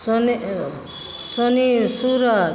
सोन सोनी सूरज